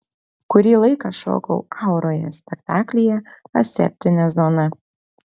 kurį laiką šokau auroje spektaklyje aseptinė zona